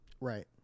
Right